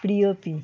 Priyoti